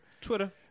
Twitter